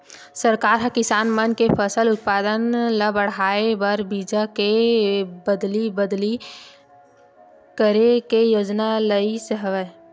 सरकार ह किसान मन के फसल उत्पादन ल बड़हाए बर बीजा के अदली बदली करे के योजना लइस हवय